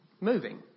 moving